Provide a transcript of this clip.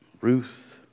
Ruth